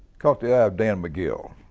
caught the eye of dan mcgill